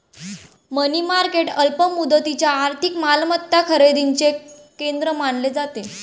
मनी market अल्प मुदतीच्या आर्थिक मालमत्ता खरेदीचे केंद्र मानले जाते